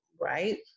right